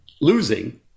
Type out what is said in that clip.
losing